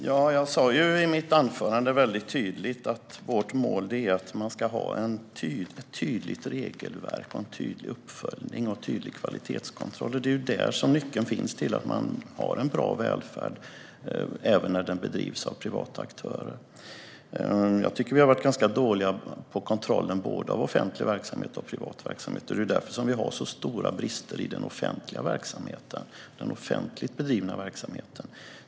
Herr talman! Jag sa i mitt anförande väldigt tydligt att vårt mål är att man ska ha ett tydligt regelverk, en tydlig uppföljning och en tydlig kvalitetskontroll. Det är där nyckeln finns till att man har en bra välfärd även när den bedrivs av privata aktörer. Jag tycker att vi har varit ganska dåliga på kontrollen av både offentlig verksamhet och privat verksamhet. Det är därför som vi har så stora brister i den offentligt bedrivna verksamheten.